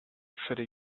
city